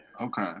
okay